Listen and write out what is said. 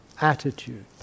attitude